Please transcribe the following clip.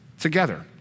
together